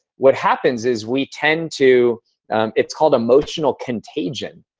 what happens is we tend to it's called emotional contagion,